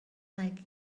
like